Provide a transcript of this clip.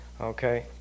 Okay